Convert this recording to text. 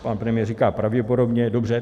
Pan premiér říká pravděpodobně. Dobře.